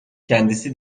kendisi